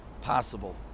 possible